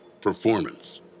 performance